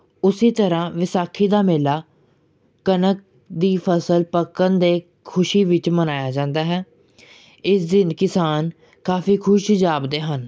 ਉਸੀ ਤਰ੍ਹਾਂ ਵਿਸਾਖੀ ਦਾ ਮੇਲਾ ਕਣਕ ਦੀ ਫਸਲ ਪੱਕਣ ਦੇ ਖੁਸ਼ੀ ਵਿੱਚ ਮਨਾਇਆ ਜਾਂਦਾ ਹੈ ਇਸ ਦਿਨ ਕਿਸਾਨ ਕਾਫੀ ਖੁਸ਼ ਜਾਪਦੇ ਹਨ